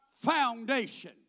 foundation